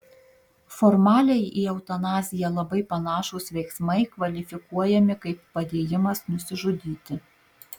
formaliai į eutanaziją labai panašūs veiksmai kvalifikuojami kaip padėjimas nusižudyti